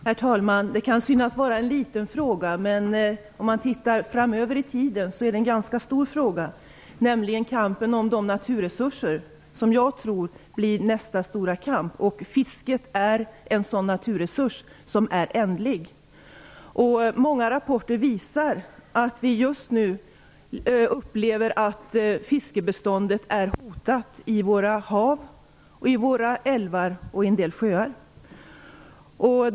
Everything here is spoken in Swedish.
Herr talman! Det kan synas vara en liten fråga, men om man tittar framöver i tiden gäller det en ganska stor fråga, nämligen kampen om naturresurser. Jag tror att det blir nästa stor kamp. Fisket är en sådan ändlig naturresurs. Många rapporter visar att fiskebeståndet just nu är hotat i våra hav, i våra älvar och i en del sjöar.